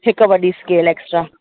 हिकु वॾी scale extra